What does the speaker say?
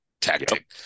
tactic